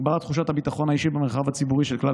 הגברת תחושת הביטחון האישי במרחב הציבורי של כלל